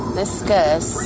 discuss